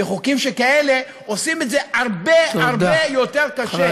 וחוקים כאלה עושים את זה הרבה הרבה יותר קשה,